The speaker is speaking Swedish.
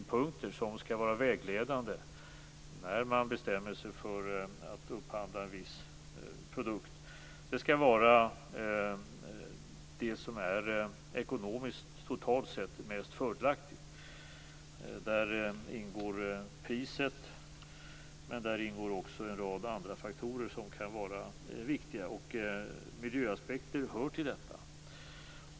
Vägledande när man bestämmer sig för att upphandla en viss produkt skall vara vad som totalt sett är mest fördelaktigt ekonomiskt. Där ingår priset, men där ingår också en rad andra faktorer som kan vara viktiga. Miljöaspekter hör till dessa.